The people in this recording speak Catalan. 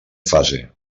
fase